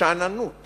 השאננות